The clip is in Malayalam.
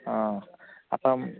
ആ അപ്പോള്